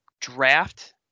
draft